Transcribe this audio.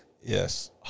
Yes